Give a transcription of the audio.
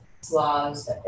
Slavs